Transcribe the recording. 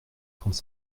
trente